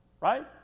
Right